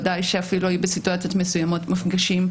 ודאי שאפילו בסיטואציות מסוימות מפגישים,